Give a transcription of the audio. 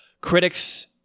critics